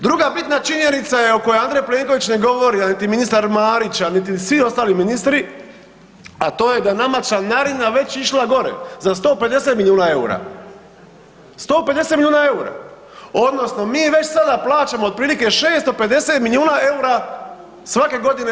Druga bitna činjenica je o kojoj Andrej Plenković ne govori, a niti ministar Marić, a niti svi ostali ministri, a to je da je nama članarina već išla gore za 150 milijuna EUR-a, 150 milijuna EUR-a odnosno mi već sada plaćamo otprilike 650 milijuna EUR-a svake godine EU.